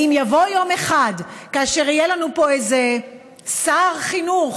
האם יבוא יום אחד שיהיה לנו פה איזה שר חינוך,